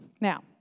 Now